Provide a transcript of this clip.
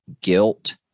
guilt